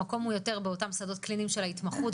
המקום הוא יותר באותם שדות קליניים של ההתמחות,